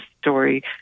story